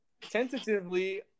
tentatively